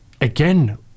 again